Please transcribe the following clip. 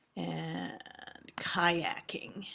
and kayaking.